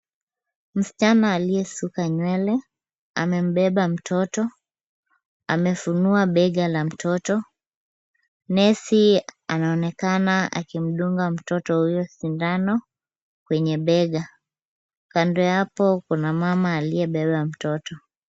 Msichana aliyesuka nywele amembeba mtoto. Amefunua bega la mtoto. Nesi anaonekana akimdunga mtoto huyo sindano kwenye bega. Kando ya hapo kuna mama aliyebeba mtoto.